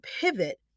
pivot